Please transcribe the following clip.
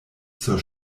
zur